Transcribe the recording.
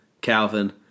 Calvin